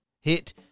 Hit